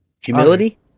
Humility